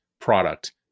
product